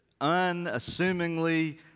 unassumingly